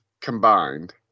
Combined